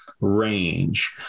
range